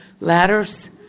ladders